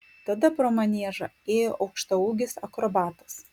tada pro maniežą ėjo aukštaūgis akrobatas